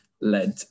led